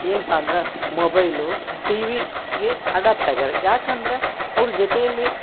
ಏನಪ್ಪಾ ಅಂದ್ರೆ mobile TV ಗೆ ಅಡಾಪ್ಟ್ ಆಗಿದ್ದಾರೆ ಯಾಕಂದ್ರೆ ಅವ್ರ ಜೊತೆಯಲ್ಲಿ